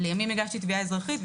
לימים הגשתי תביעה אזרחית,